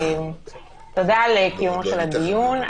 תודה על קיומו של הדיון.